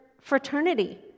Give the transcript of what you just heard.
fraternity